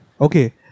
Okay